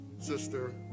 Sister